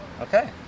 Okay